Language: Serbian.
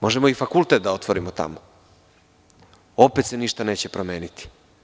Možemo i fakultet da otvorimo tamo, opet se ništa neće promeniti.